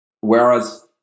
Whereas